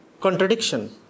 contradiction